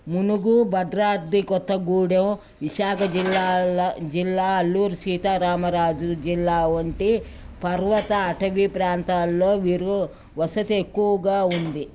మునుగు భద్రాద్రి కొత్తగూడెం విశాఖ జిల్లాల్లో జిల్లా అల్లూరు సీతారామరాజు జిల్లా వంటి పర్వత అటవీ ప్రాంతాల్లో వీరు వసతి ఎక్కువగా ఉంది